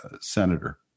senator